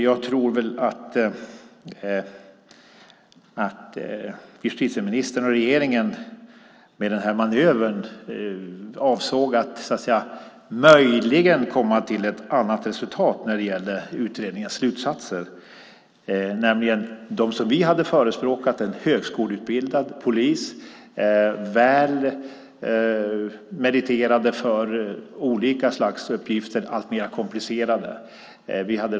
Jag tror att justitieministern och regeringen med denna manöver möjligen avsåg att man skulle komma fram till ett annat resultat när det gällde utredningens slutsatser. Vi hade förespråkat en högskoleutbildad polis som är väl meriterad för olika slags mer komplicerade uppgifter.